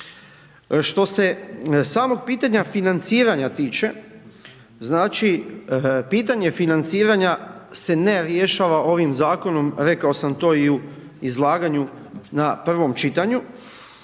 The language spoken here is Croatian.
Što se samog pitanja financiranja tiče, znači, pitanje financiranja se ne rješava ovim zakonom, rekao sam to i u izlaganju na prvom čitanju.